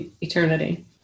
eternity